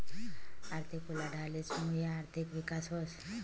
आर्थिक उलाढालीस मुये आर्थिक विकास व्हस